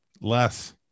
less